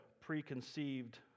preconceived